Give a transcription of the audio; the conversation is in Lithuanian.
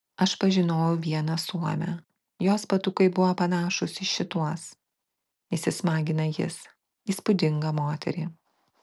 aš pažinojau vieną suomę jos batukai buvo panašūs į šituos įsismagina jis įspūdingą moterį